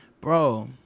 bro